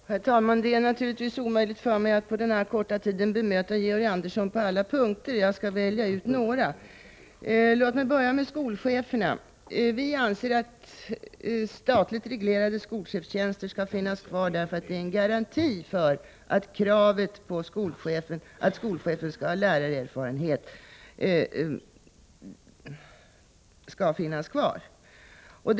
Herr talman! Det är naturligtvis omöjligt för mig att på denna korta tid bemöta Georg Andersson på alla punkter. Jag skall välja ut några. Låt mig börja med skolcheferna. Vi anser att statligt reglerade skolchefstjänster skall finnas kvar, därför att det är en garanti för att kravet att skolchefen skall ha lärarerfarenhet upprätthålles.